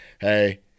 Hey